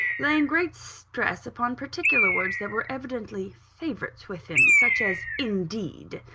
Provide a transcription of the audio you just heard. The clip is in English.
laying great stress upon particular words that were evidently favourites with him such as, indeed.